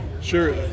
Sure